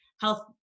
health